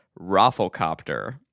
rafflecopter